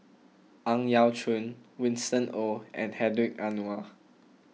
Ang Yau Choon Winston Oh and Hedwig Anuar